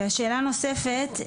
שאלה נוספת,